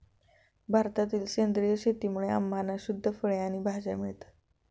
भारतातील सेंद्रिय शेतीमुळे आम्हाला शुद्ध फळे आणि भाज्या मिळतात